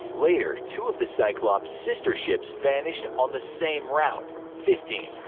later, two of the cyclops' sister ships vanished on the same route. fifteen.